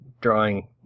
drawing